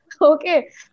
Okay